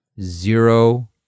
Zero